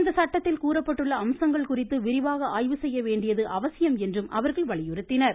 இந்த சட்டத்தில் கூறப்பட்டுள்ள அம்சங்கள் குறித்து விரிவாக ஆய்வு செய்ய வேண்டியது அவசியம் என்றும் அவர்கள் வலியுறுத்தினர்